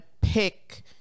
pick